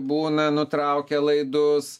būna nutraukia laidus